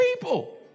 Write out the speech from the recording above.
people